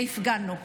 והפגנו.